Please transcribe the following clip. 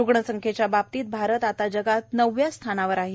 रुग्णसंख्येच्या बाबतीत भारत आता जगात नवव्या स्थानावर आहे